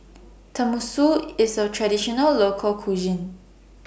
Tenmusu IS A Traditional Local Cuisine